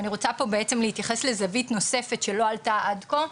אני רוצה פה בעצם להתייחס לזווית נוספת שלא עלתה עד כה.